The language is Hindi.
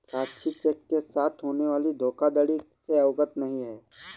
साक्षी चेक के साथ होने वाली धोखाधड़ी से अवगत नहीं है